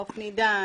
האופנידן,